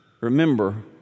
remember